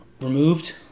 removed